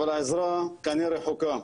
אבל העזרה כנראה רחוקה.